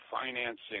financing